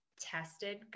tested